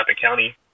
county